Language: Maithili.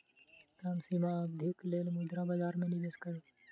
कम सीमा अवधिक लेल मुद्रा बजार में निवेश करू